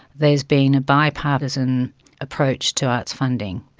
there's been a bipartisan approach to arts funding,